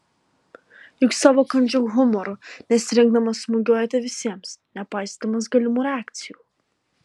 juk savo kandžiu humoru nesirinkdamas smūgiuojate visiems nepaisydamas galimų reakcijų